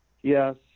Yes